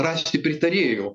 rasti pritarėjų